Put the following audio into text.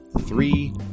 Three